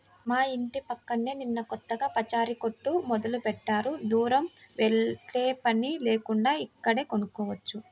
మా యింటి పక్కనే నిన్న కొత్తగా పచారీ కొట్టు మొదలుబెట్టారు, దూరం వెల్లేపని లేకుండా ఇక్కడే కొనుక్కోవచ్చు